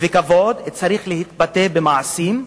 וכבוד צריכים להתבטא במעשים,